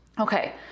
Okay